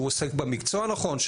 שהוא עוסק במקצוע הנכון,